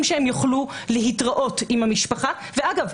שהם יוכלו להתראות עם המשפחה ואגב,